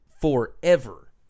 forever